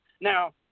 Now